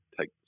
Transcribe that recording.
take